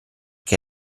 che